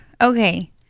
Okay